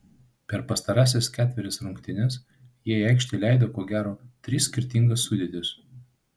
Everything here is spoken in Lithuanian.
per pastarąsias ketverias rungtynes jie į aikštę leido ko gero tris skirtingas sudėtis